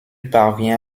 parvient